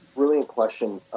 brilliant question.